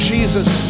Jesus